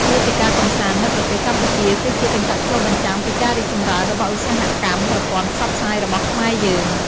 មាតិកាកម្សាន្តនៅប្រទេសកម្ពុជាគឺជាកញ្ចក់ឆ្លុះបញ្ចាំងពីការរីកចម្រើនរបស់ឧស្សាហកម្មប្រព័ន្ធផ្សព្វផ្សាយរបស់ខ្មែរយើង។